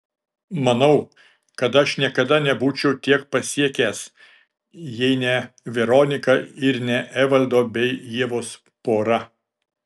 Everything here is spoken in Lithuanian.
manau kad aš niekada nebūčiau tiek pasiekęs jei ne veronika ir ne evaldo bei ievos pora